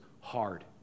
hard